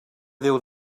déu